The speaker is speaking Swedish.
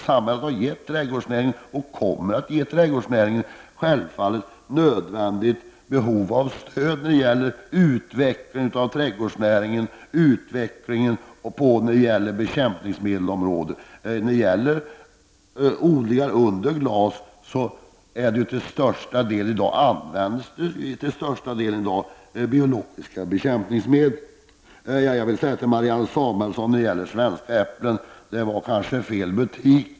Samhället har gett trädgårdsnäringen och kommer självfallet att ge trädgårdsnäringen nödvändigt stöd för utveckling av trädgårdsnäringen och utvecklingen på bekämpningsmedelsområdet. På odlingar under glas används i dag till största delen biologiska bekämpningsmedel. Jag vill säga till Marianne Samuelsson som sökte svenska äpplen: Det var kanske fel butik.